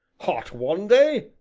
hot one day,